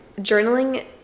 journaling